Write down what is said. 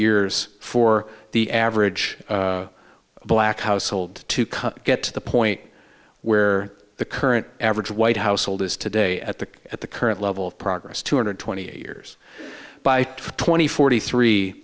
years for the average black household to come get to the point where the current average white house hold is today at the at the current level of progress two hundred twenty eight years by twenty forty three